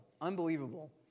Unbelievable